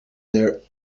their